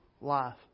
life